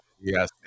Yes